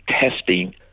testing